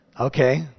okay